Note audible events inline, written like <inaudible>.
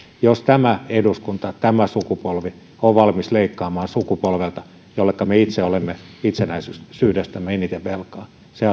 jos tämä eduskunta tämä sukupolvi on valmis leikkaamaan sukupolvelta jolleka me itse olemme itsenäisyydestämme eniten velkaa se <unintelligible>